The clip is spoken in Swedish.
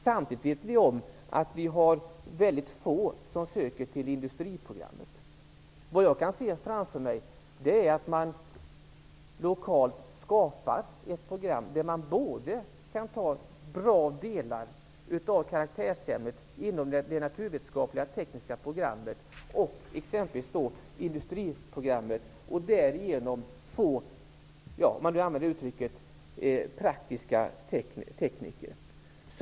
Samtidigt vet vi att det är få som söker till industriprogrammet. Vad jag kan se framför mig är att det lokalt skapas ett program där man kan ha med bra delar av karaktärsämnena inom det naturvetenskapliga/tekniska programmet och exempelvis industriprogrammet och därigenom få ''praktiska tekniker''.